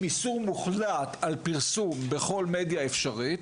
איסור מוחלט על פרסום בכל מדיה אפשרית,